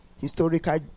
historical